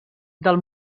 del